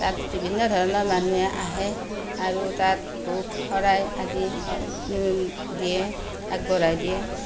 তাত বিভিন্ন ধৰণৰ মানুহে আহে আৰু তাত ভোগ শৰাই আদি দিয়ে আগবঢ়াই দিয়ে